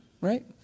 right